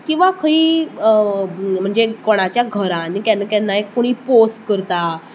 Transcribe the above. किंव्हा खंयी अ म्हणजे कोणाच्या घरान केन्ना केन्नाय पोस करता